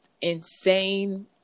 insane